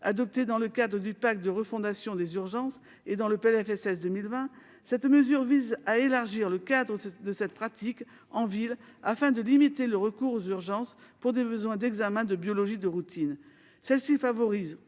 Adoptée dans le cadre du pacte de refondation des urgences et dans le PLFSS pour 2020, cette mesure vise à élargir le cadre de cette pratique en ville afin de limiter le recours aux urgences pour des besoins d'examens de biologie de routine. Elle favorise,